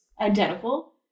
identical